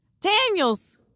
Daniel's